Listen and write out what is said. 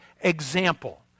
example